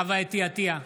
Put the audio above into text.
חוה אתי עטייה,